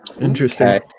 Interesting